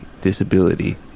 disability